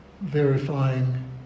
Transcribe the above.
verifying